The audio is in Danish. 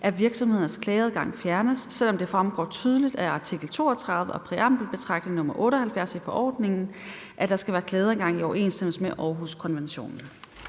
at virksomheders klageadgang fjernes, selv om det fremgår tydeligt af artikel 32 og præambelbetragtning nr. 78 i forordningen, at der skal være klageadgang i overensstemmelse med Århuskonventionen?